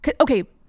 okay